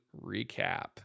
recap